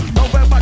November